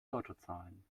lottozahlen